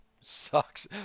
sucks